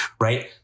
right